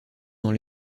dans